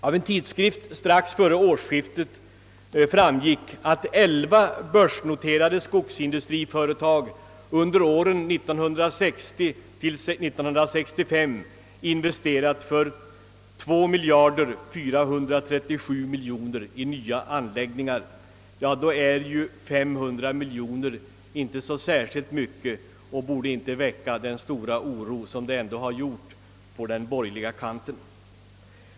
Av en artikel som strax före årsskiftet publicerades i en tidskrift framgick att elva börsnoterade skogsindustriföretag under åren 1960—1965 investerat sammanlagt 2 437 miljoner kronor i anläggningar. Då är ju 500 miljoner inte så särskilt mycket och borde inte väcka så stor oro som blivit fallet på den borgerliga kanten.